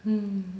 mm